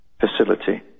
facility